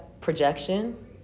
projection